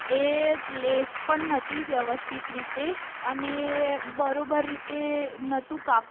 એ lace પણ નહોતી વ્યવસ્થિત રીતે અને બરોબર રીતે નહતું કાપડ